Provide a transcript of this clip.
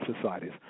societies